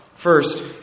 First